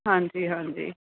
ਹਾਂਜੀ ਹਾਂਜੀ